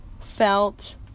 felt